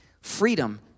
freedom